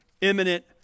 imminent